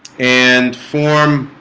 and form